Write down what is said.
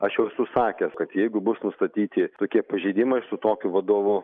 aš jau esu sakęs kad jeigu bus nustatyti tokie pažeidimai su tokiu vadovu